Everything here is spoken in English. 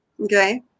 Okay